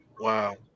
Wow